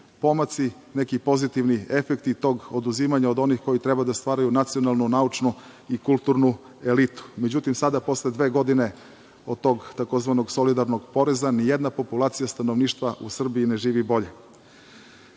pomaci, neki pozitivni efekti tog oduzimanja od onih koji treba da stvaraju nacionalnu naučnu i kulturnu elitu. Međutim, sada posle dve godine od tog takozvanog solidarnog poreza, nijedna populacija stanovništva u Srbiji ne živi bolje. Prvi